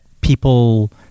people